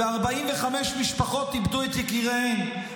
ו-45 משפחות איבדו את יקיריהן,